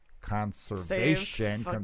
conservation